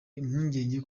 impungenge